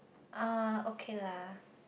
uh okay lah